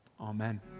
Amen